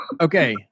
Okay